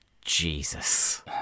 Jesus